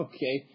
Okay